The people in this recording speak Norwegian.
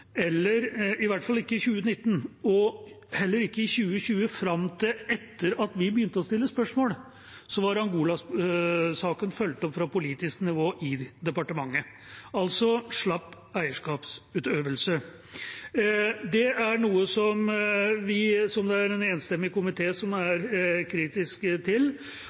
og heller ikke i 2020 fram til etter at vi begynte å stille spørsmål, var Angola-saken fulgt opp fra politisk nivå i departementet. Altså var det slapp eierskapsutøvelse. Det er noe som en enstemmig komité er